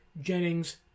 Jennings